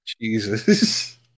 Jesus